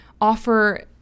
offer